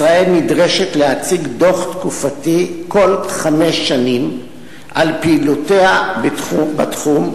ישראל נדרשת להציג כל חמש שנים דוח תקופתי על פעילויותיה בתחום,